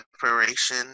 separation